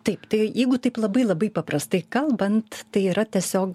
taip tai jeigu taip labai labai paprastai kalbant tai yra tiesiog